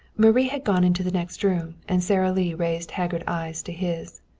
marie had gone into the next room, and sara lee raised haggard eyes to his.